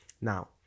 now